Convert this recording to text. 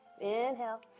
inhale